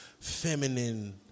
feminine